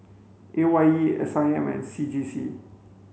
A Y E S I M and C J C